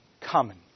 common